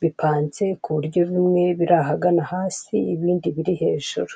bipanze kuburyo bimwe birahagana hasi ibindi biri hejuru.